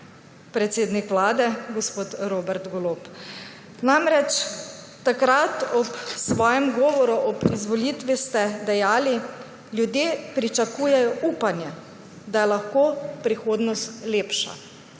predsednik Vlade, gospod Robert Golob. Namreč, ob svojem govoru ob izvolitvi ste dejali: »Ljudje pričakujejo upanje, da je lahko prihodnost lepša.«